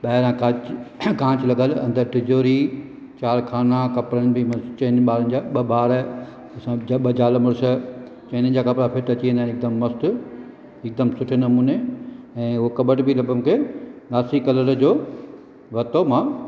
ॿाहिरां खां कांच लॻलू अंदरि तिजोरी चारि खाना कपिड़नि बि चइनि ॿारनि जा ॿ ॿार ॿ ज़ाल मुड़ुस चईनिनि जा कपिड़ा फिट अची वेंदा हिकदमि मस्तु हिकदमि सुठे नमूने ऐं उहो कॿर्ट बि हो मूंखे नासी कलर जो वरितो मां